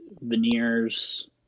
veneers